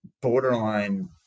borderline